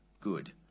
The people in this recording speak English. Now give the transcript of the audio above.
Good